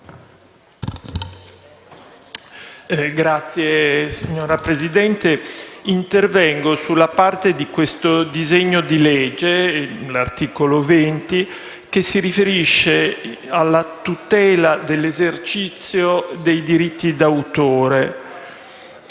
*(PD)*. Signora Presidente, intervengo sulla parte di questo disegno di legge, l'articolo 20, che si riferisce alla tutela e all'esercizio dei diritti d'autore.